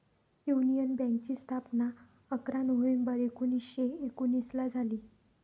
union बँकेची स्थापना अकरा नोव्हेंबर एकोणीसशे एकोनिसला झाली